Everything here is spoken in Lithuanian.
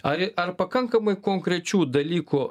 ar ar pakankamai konkrečių dalykų